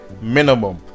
minimum